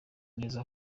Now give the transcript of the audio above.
neza